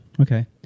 Okay